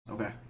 Okay